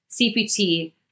CPT